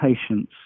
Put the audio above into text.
patients